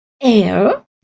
air